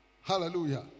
hallelujah